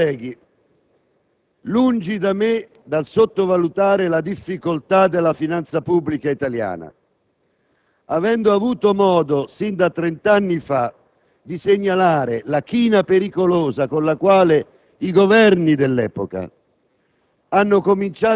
Cari colleghi, lungi da me sottovalutare le difficoltà della finanza pubblica italiana, avendo avuto modo, da trent'anni, di segnalare la china pericolosa con la quale i Governi dell'epoca